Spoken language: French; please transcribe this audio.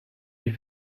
est